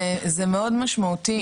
זה מאד משמעותי,